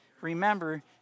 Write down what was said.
remember